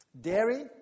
Dairy